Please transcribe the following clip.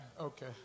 Okay